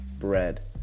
bread